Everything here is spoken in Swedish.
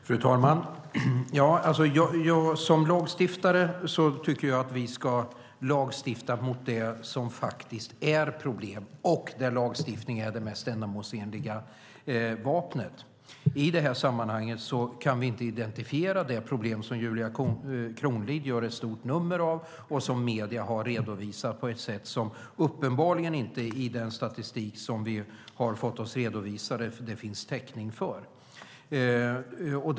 Fru talman! Som lagstiftare tycker jag att vi ska lagstifta mot det som faktiskt är ett problem och där lagstiftning är det mest ändamålsenliga vapnet. I det här sammanhanget kan vi inte identifiera det problem som Julia Kronlid gör ett stort nummer av och som medierna har redovisat men som det uppenbarligen enligt den statistik som vi har fått oss redovisad inte finns täckning för.